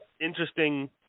interesting